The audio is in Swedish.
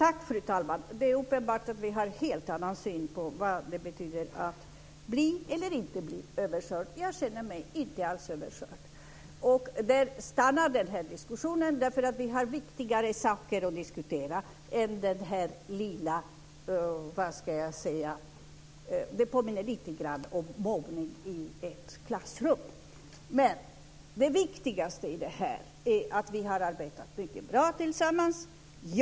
Fru talman! Det är uppenbart att vi har en helt annan syn på vad det innebär att bli eller inte bli överkörd. Jag känner mig inte överkörd. Där kan denna diskussion stanna. Vi har viktigare saker att diskutera än detta som påminner om mobbning i ett klassrum. Det viktiga är att vi har arbetat bra tillsammans.